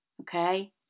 okay